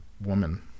woman